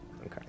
Okay